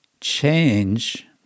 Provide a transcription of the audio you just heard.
change